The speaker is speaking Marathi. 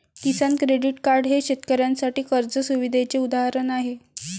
किसान क्रेडिट कार्ड हे शेतकऱ्यांसाठी कर्ज सुविधेचे उदाहरण आहे